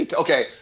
okay